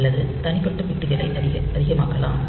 அல்லது தனிப்பட்ட பிட்களை அதிகமாக்கலாம்